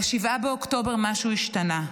ב-7 באוקטובר משהו השתנה.